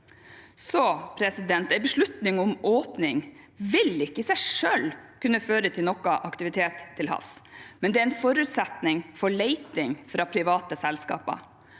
allerede har. En beslutning om åpning vil ikke i seg selv kunne føre til noe aktivitet til havs, men det er en forutsetning for leting fra private selskaper.